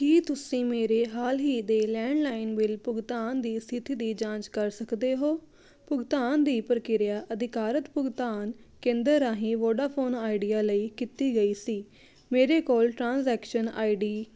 ਕੀ ਤੁਸੀਂ ਮੇਰੇ ਹਾਲ ਹੀ ਦੇ ਲੈਂਡਲਾਈਨ ਬਿੱਲ ਭੁਗਤਾਨ ਦੀ ਸਥਿਤੀ ਦੀ ਜਾਂਚ ਕਰ ਸਕਦੇ ਹੋ ਭੁਗਤਾਨ ਦੀ ਪ੍ਰਕਿਰਿਆ ਅਧਿਕਾਰਤ ਭੁਗਤਾਨ ਕੇਂਦਰ ਰਾਹੀਂ ਵੋਡਾਫੋਨ ਆਈਡੀਆ ਲਈ ਕੀਤੀ ਗਈ ਸੀ ਮੇਰੇ ਕੋਲ ਟ੍ਰਾਂਜੈਕਸ਼ਨ ਆਈਡੀ